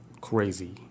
crazy